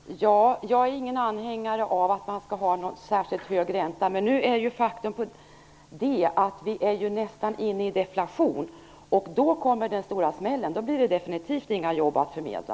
Fru talman! Jag är ingen anhängare av att man skall ha särskilt hög ränta. Men faktum är att vi nu nästan är inne i deflation. Då kommer den stora smällen, då blir det definitivt inga jobb att förmedla.